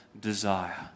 desire